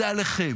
זה עליכם,